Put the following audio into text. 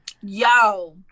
Yo